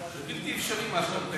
בלתי אפשרי מה שאתה מתאר,